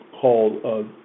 called